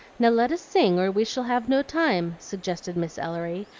now let us sing or we shall have no time, suggested miss ellery,